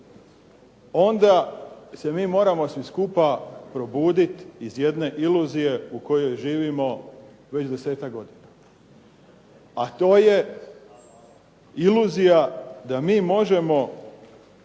onda se mi moramo svi skupa probuditi iz jedne iluzije u kojoj živimo već desetak godina, a to je iluzija da mi možemo